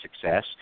success